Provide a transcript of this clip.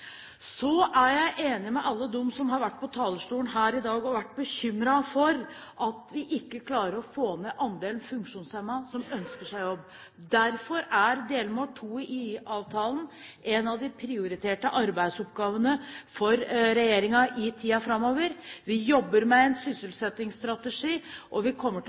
Så er jeg enig med alle dem som har vært på talerstolen her i dag og vært bekymret for at vi ikke klarer å få ned andelen funksjonshemmede som ønsker seg jobb. Derfor er delmål 2 i IA-avtalen en av de prioriterte arbeidsoppgavene for regjeringen i tiden framover. Vi jobber med en sysselsettingsstrategi, og vi kommer til